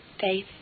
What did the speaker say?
faith